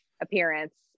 appearance